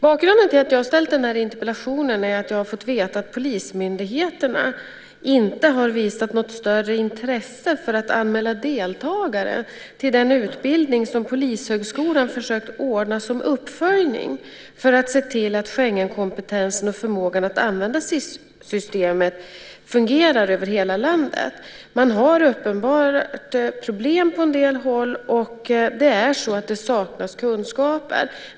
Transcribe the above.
Bakgrunden till att jag har ställt den här interpellationen är jag har fått veta att polismyndigheterna inte har visat något större intresse för att anmäla deltagare till den utbildning som Polishögskolan försökt ordna som uppföljning för att se till att Schengenkompetensen och förmågan att använda SIS fungerar över hela landet. Det är uppenbart att man har problem på en del håll. Det saknas kunskaper.